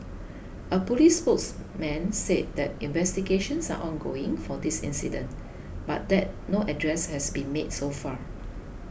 a police spokesman said that investigations are ongoing for this incident but that no addresses had been made so far